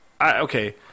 Okay